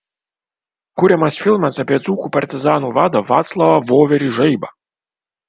kuriamas filmas apie dzūkų partizanų vadą vaclovą voverį žaibą